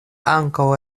ankaŭ